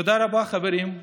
תודה רבה, חברים.